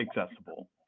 accessible